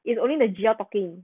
it's only the G_L talking